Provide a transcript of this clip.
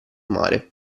mare